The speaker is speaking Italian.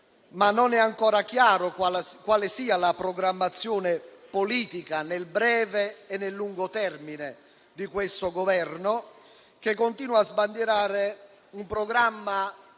non è chiaro quale sia la programmazione politica, nel breve e lungo termine, di questo Governo, che continua a sbandierare un programma